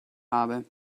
habe